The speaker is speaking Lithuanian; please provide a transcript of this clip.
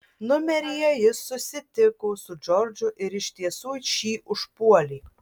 numeryje jis susitiko su džordžu ir iš tiesų šį užpuolė